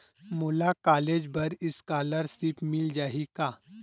मोला कॉलेज बर स्कालर्शिप मिल जाही का?